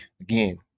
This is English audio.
again